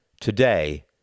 Today